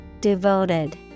Devoted